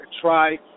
try